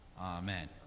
Amen